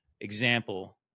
Example